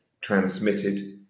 transmitted